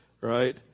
right